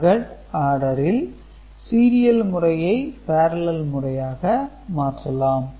Carry look ahead ஆடரில் Serial முறையை Parallel முறையாக மாற்றலாம்